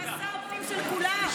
אתה שר פנים של כולם.